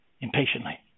impatiently